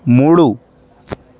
మూడు